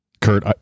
Kurt